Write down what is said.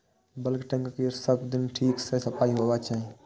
bulk tank केर सब दिन ठीक सं सफाइ होबाक चाही